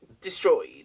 destroyed